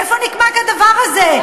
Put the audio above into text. איפה נקבע כדבר הזה?